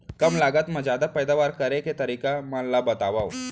कम लागत मा जादा पैदावार करे के तरीका मन ला बतावव?